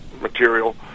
Material